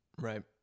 Right